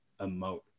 emote